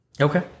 Okay